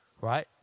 Right